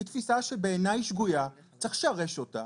זאת תפיסה שבעיניי שגויה וצריך לשרש אותה.